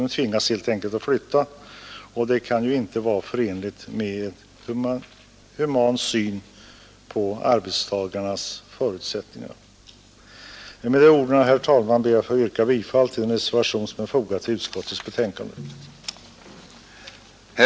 De tvingas helt enkelt att flytta, och det kan ju inte vara förenligt med en human syn på arbetstagarna och deras förhållanden. Herr talman, med dessa ord ber jag att få yrka bifall till den reservation som är fogad vid utskottets betänkande.